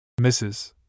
Mrs